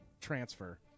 Transfer